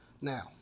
Now